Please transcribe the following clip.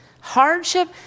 hardship